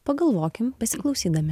pagalvokim pasiklausydami